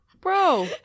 Bro